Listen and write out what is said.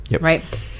right